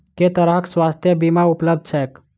केँ तरहक स्वास्थ्य बीमा उपलब्ध छैक?